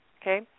Okay